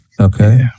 Okay